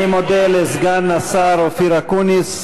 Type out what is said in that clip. אני מודה לסגן השר אופיר אקוניס,